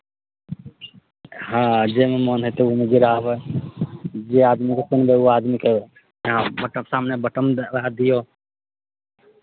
हँ जाहिमे मोन हेतै ओहिमे गिराबै जे आदमीकेँ चिन्हबै ओहि आदमीके अहाँ मतलब सामने बटम दबाए दियौ